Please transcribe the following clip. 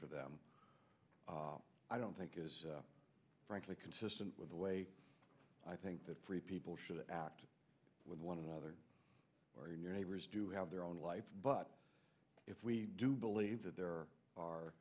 for them i don't think is frankly consistent with the way i think that free people should act with one another or your neighbors do have their own life but if we do believe that there